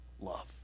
love